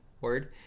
word